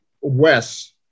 Wes